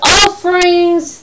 offerings